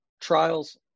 trials